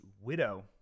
widow